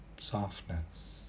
softness